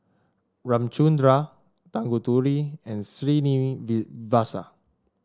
Ramchundra Tanguturi and